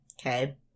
okay